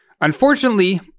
Unfortunately